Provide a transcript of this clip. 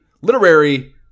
literary –